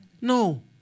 No